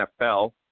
NFL